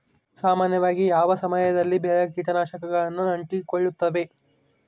ಸಾಮಾನ್ಯವಾಗಿ ಯಾವ ಸಮಯದಲ್ಲಿ ಬೆಳೆಗೆ ಕೇಟನಾಶಕಗಳು ಅಂಟಿಕೊಳ್ಳುತ್ತವೆ?